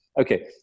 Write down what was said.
okay